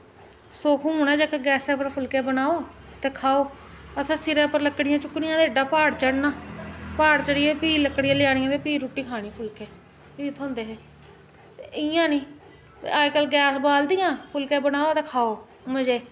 सुख हून ऐ जेह्के गैसे उप्पर फुलके बनाओ ते खाओ असें सिरै उप्पर लकड़ियां चुक्कनियां ते एड्डा प्हाड़ चढ़ना प्हाड़ चढ़ियै फ्ही लकड़ियां लेई आनियां ते फ्ही रुट्टी खानी फुलके फ्ही थ्होंदे हे ते इ'यां नेईं अज्ज कल गैस बालदियां फुलके बनाओ ते खाओ मजे